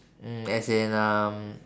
mm as in um